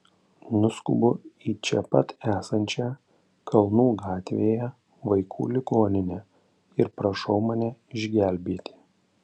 nuskubu į čia pat esančią kalnų gatvėje vaikų ligoninę ir prašau mane išgelbėti